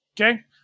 okay